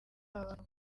abantu